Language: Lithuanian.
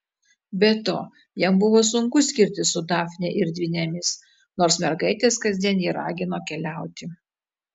be to jam buvo sunku skirtis su dafne ir dvynėmis nors mergaitės kasdien jį ragino keliauti